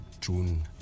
June